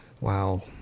Wow